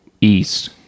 east